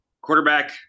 quarterback